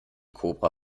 kobra